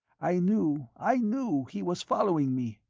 i knew, i knew, he was following me.